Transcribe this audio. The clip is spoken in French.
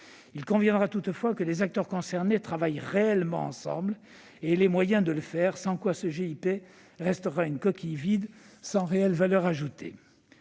Il conviendra toutefois que les acteurs concernés travaillent réellement ensemble en ayant les moyens de le faire, sans quoi ce GIP restera une coquille vide sans réelle valeur ajoutée.